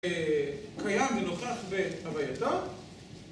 קיים ונוכח בהווייתו